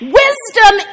wisdom